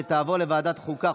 ותעבור לוועדת החוקה,